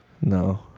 No